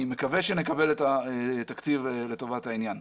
אני מקווה שנקבל את התקציב לטובת העניין.